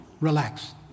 Relax